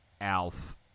Alf